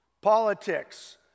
politics